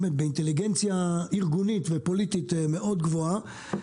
באינטליגנציה ארגונית ופוליטית מאוד גבוהה,